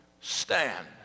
stand